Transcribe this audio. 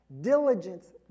diligence